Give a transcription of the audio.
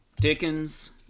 Dickens